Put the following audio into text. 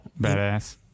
badass